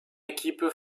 équipes